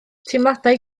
teimladau